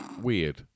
weird